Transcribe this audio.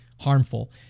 harmful